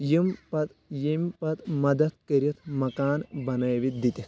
یِم پتہٕ ییٚمہِ پتہٕ مَدتھ کٔرِتھ مکان بنٲوِتھ دِتِکھ